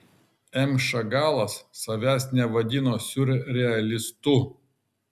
m šagalas savęs nevadino siurrealistu